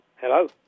Hello